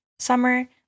summer